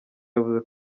yavuze